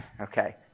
Okay